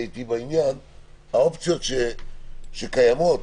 האופציות שקיימות,